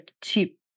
cheap